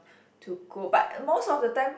to go but most of the time